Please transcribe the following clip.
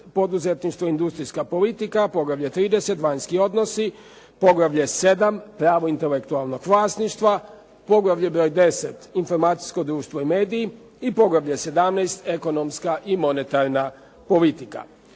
"Poduzetništvo, industrijska politika", Poglavlje 30. "Vanjski odnosi", Poglavlje 7. "Pravo intelektualnog vlasništva", Poglavlje broj 10. "Informacijsko društvo i mediji" i Poglavlje 17. "Ekonomska i monetarna politika".